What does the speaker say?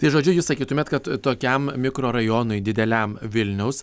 tai žodžiu jūs sakytumėt kad tokiam mikrorajonui dideliam vilniaus